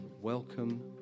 welcome